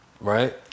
right